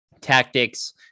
tactics